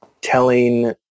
telling